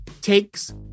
takes